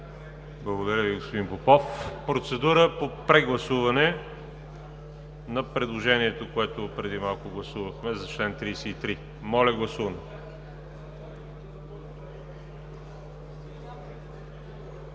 Благодаря Ви, господин Попов. Процедура по прегласуване на предложението, което преди малко гласувахме – за чл. 33. Гласували